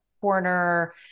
corner